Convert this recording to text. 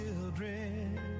children